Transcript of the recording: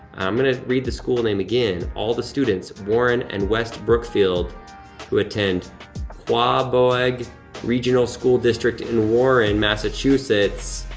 i'm gonna read the school name again, all the students warren and west brookfield who attend quaboag regional school district in warren, massachusetts,